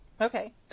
Okay